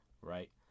right